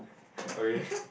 okay